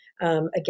Again